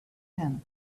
him